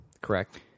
Correct